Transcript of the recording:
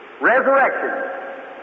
resurrection